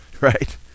right